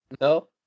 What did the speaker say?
No